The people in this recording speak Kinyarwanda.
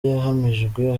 yahamijwe